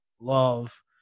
love